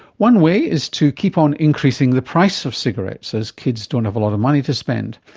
one way is to keep on increasing the price of cigarettes as kids don't have a lot of money to spend.